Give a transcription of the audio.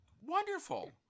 Wonderful